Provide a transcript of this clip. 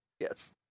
Yes